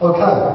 Okay